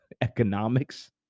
economics